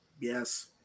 Yes